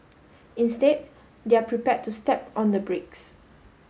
instead they're prepared to step on the brakes